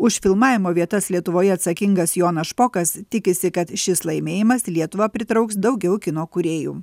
už filmavimo vietas lietuvoje atsakingas jonas špokas tikisi kad šis laimėjimas į lietuvą pritrauks daugiau kino kūrėjų